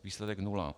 Výsledek nula.